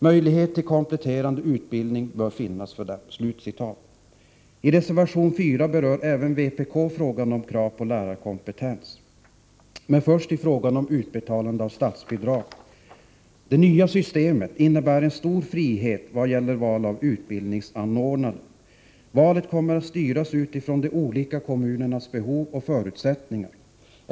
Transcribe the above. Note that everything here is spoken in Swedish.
Möjlighet till kompletterande utbildning för dem bör finnas.” I reservation 4 berör även vpk frågan om krav på lärarkompetens. Först till frågan om utbetalande av statsbidrag. Det nya systemet innebär en stor frihet vad gäller val av utbildningsanordnare. Valet kommer att styras utifrån de olika kommunernas behov och förutsättningar.